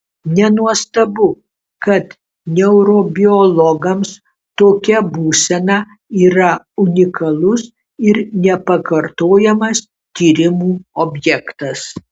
nenuostabu kad neurobiologams tokia būsena yra unikalus ir nepakartojamas tyrimų objektas